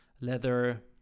leather